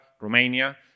Romania